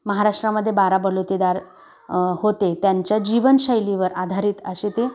महाराष्ट्रामध्ये बारा बलुतेदार होते त्यांच्या जीवनशैलीवर आधारित असे ते